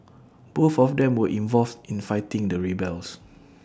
both of them were involved in fighting the rebels